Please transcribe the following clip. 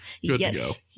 Yes